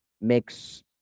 makes